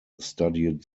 studied